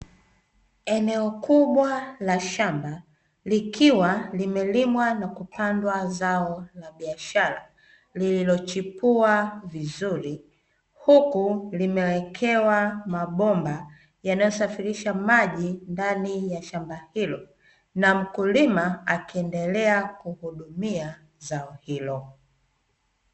Eneo kubwa la shamba likiwa limelimwa na kupandwa zao la biashara lililo chipua vizuri, huku limewekewa mabomba yanayosafirisha maji ndani ya shamba hilo na mkulima akiendelea kuhudumia zao hilo.